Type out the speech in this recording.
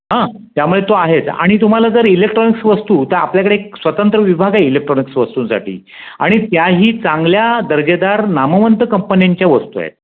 हा त्यामुळे तो आहेच आणि तुम्हाला जर इलेक्ट्रॉनिक्स वस्तू तर आपल्याकडे एक स्वतंत्र विभाग आहे इलेक्ट्रॉनिक्स वस्तूंसाठी आणी त्याही चांगल्या दर्जेदार नामवंत कंपन्यांच्या वस्तू आहेत